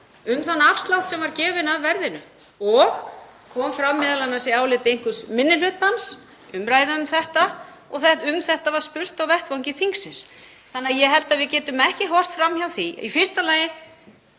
um þann afslátt sem var gefinn af verðinu og kom m.a. fram í áliti einhvers minni hlutans, í umræðu um þetta, og um þetta var spurt á vettvangi þingsins. Ég held að við getum ekki horft fram hjá því í fyrsta lagi